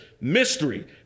Mystery